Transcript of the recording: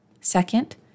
Second